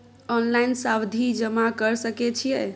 Online सावधि जमा कर सके छिये?